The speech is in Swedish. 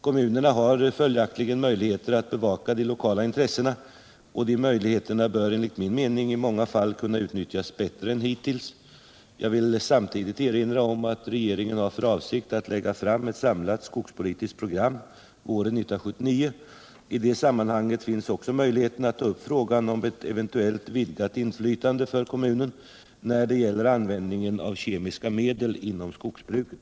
Kommunerna har följaktligen möjligheter att bevaka de lokala intressena, och de möjligheterna bör enligt min mening i många fall kunna utnyttjas bättre än hittills. Jag vill samtidigt erinra om att regeringen har för avsikt att lägga fram ett samlat skogspolitiskt program våren 1979. I det sammanhanget finns också möjligheten att ta upp frågan om ett eventuellt vidgat inflytande för kommunen när det gäller användningen av kemiska medel inom skogsbruket.